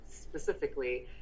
specifically